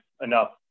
enough